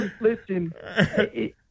Listen